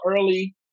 early